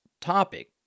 topic